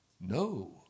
No